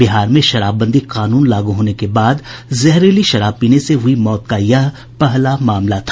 बिहार में शराबबंदी लागू होने के बाद जहरीली शराब पीने से हुयी मौत का यह पहला मामला था